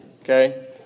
okay